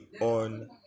on